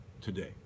today